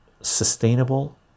sustainable